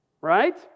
Right